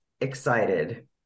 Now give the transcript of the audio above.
excited